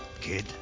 Kid